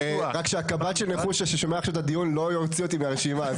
רק שהקב"ט של נחושה ששומע עכשיו את הדיון לא יוציא אותי מהרשימה.